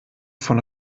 von